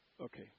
Okay